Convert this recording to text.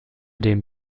den